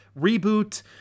reboot